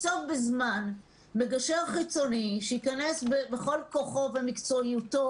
לקצוב בזמן מגשר חיצוני שייכנס בכל כוחו ומקצועיותו